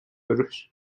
روش